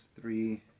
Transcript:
three